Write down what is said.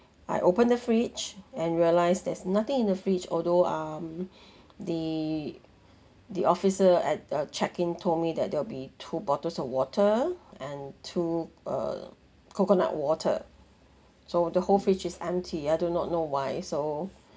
I open the fridge and realised there's nothing in the fridge although um the the officer at uh check in told me that there'll be two bottles of water and two uh coconut water so the whole fridge is empty I do not know why so